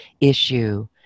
issue